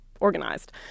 organized